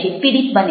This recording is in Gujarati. પીડિત બને છે